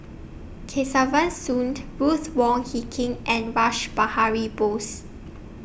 Kesavan Soon Ruth Wong Hie King and Rash Behari Bose